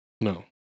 No